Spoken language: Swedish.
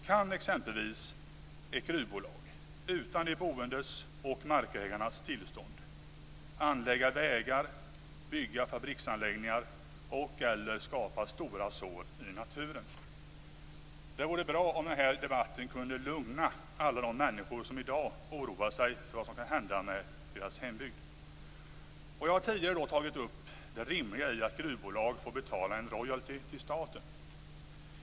Kan exempelvis ett gruvbolag utan de boendes och markägarnas tillstånd anlägga vägar, bygga fabriksanläggningar eller skapa stora sår i naturen? Det vore bra om denna debatt kunde lugna alla de människor som i dag oroar sig för vad som kan hända med deras hembygd. Jag har tidigare tagit upp det rimliga i att gruvbolag får betala en royalty till staten.